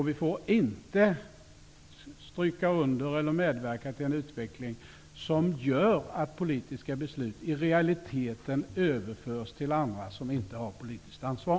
Vi får inte stryka under eller medverka till en utveckling som gör att politiska beslut i realiteten överförs till andra som inte har politiskt ansvar.